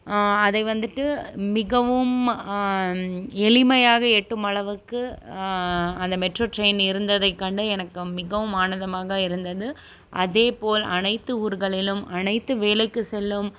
அதை வந்துட்டு மிகவும் எளிமையாக எட்டும் அளவுக்கு அந்த மெட்ரோ டிரெயின் இருந்ததை கண்டு எனக்கு மிகவும் ஆனந்தமாக இருந்தது அதேபோல் அனைத்து ஊர்களிலும் அனைத்து வேலைக்கு செல்லும்